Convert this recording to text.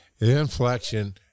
inflection